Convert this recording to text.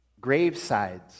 gravesides